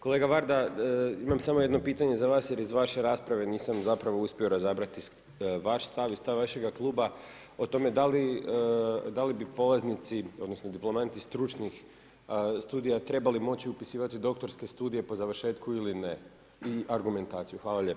Kolega VArda, imam samo jedno pitanje za vas jer iz vaše rasprave nisam uspio razabrati vaš stav i stav vašega kluba o tome da li bi polaznici odnosno diplomati stručnih studija trebali moći upisivati doktorske studije po završetku ili ne i argumentaciju?